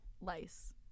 lice